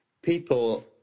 People